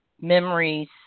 memories